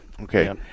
Okay